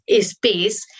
space